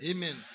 Amen